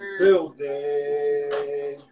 building